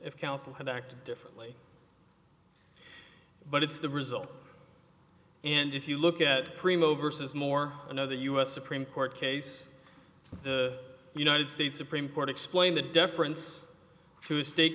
if counsel had acted differently but it's the result and if you look at primo versus more another u s supreme court case the united states supreme court explained the deference to st